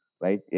Right